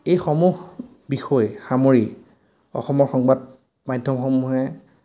এইসমূহ বিষয় সামৰি অসমৰ সংবাদ মাধ্যমসমূহে